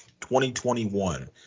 2021